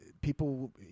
people